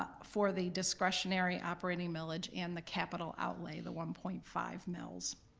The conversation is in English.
for the discretionary operating millage and the capital outlay, the one point five mills.